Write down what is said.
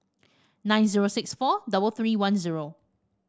nine zero six four double three one zero